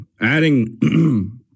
adding